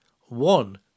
One